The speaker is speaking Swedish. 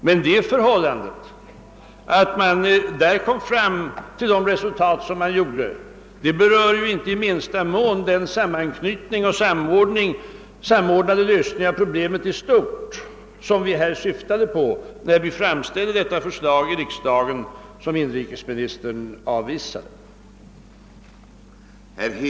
Men de resultat som man därvid kom fram till berör inte i minsta mån den samordnande lösning av problemet i stort som vi önskade få till stånd när vi i riksdagen framställde det förslag som inrikesministern avvisade.